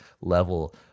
level